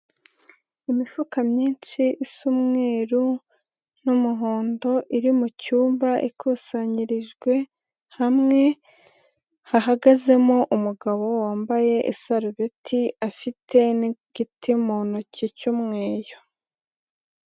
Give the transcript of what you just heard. Imifuka myinshi isa umweruru n'umuhondo iri mucmba ikusanyirijwe hamwe, hahagazemo umugabo wambaye isarubeti, afite n'igiti mu ntoki cy'umweyo.